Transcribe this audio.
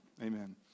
Amen